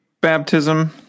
baptism